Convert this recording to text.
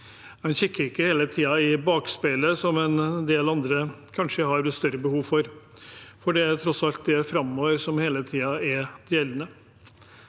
En kikker seg ikke hele tiden i bakspeilet, som en del andre kanskje har større behov for. Det er tross alt det framover som hele tiden er gjeldende.